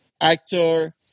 actor